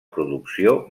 producció